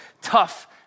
tough